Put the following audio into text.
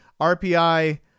RPI